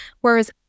Whereas